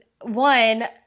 one